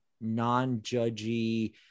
non-judgy